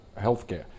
healthcare